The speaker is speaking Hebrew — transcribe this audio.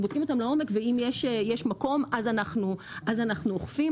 לעומק ואם יש מקום אנחנו אוכפים.